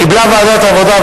קיבלה ועדת העבודה,